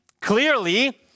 Clearly